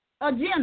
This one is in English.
agenda